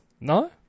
No